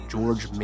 George